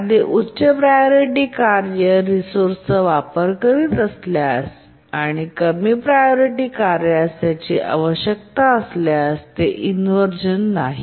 एखादे उच्च प्रायोरिटी कार्य रिसोर्स वापरत असल्यास आणि कमी प्रायोरिटी कार्यास त्याची आवश्यकता असल्यास ते इन्व्हरझन नाही